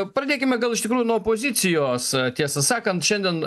pradėkime gal iš tikrųjų nuo pozicijos tiesą sakant šiandien